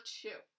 two